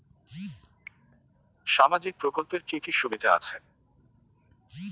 সামাজিক প্রকল্পের কি কি সুবিধা আছে?